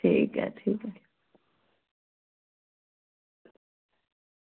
ठीक ऐ ठीक ऐ